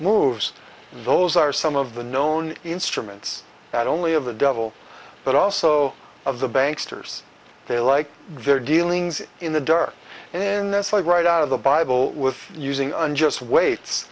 moves those are some of the known instruments that only of the devil but also of the banks there's they like their dealings in the dark and in this like right out of the bible with using unjust weights